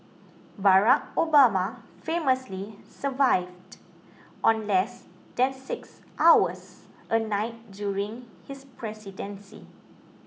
Barack Obama famously survived on less than six hours a night during his presidency